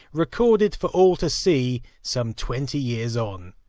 recorded for all to see, some twenty years on.